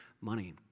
money